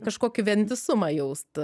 kažkokį vientisumą jaust